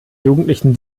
jugendlichen